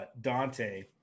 Dante